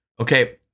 Okay